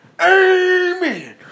Amen